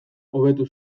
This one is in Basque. hobetu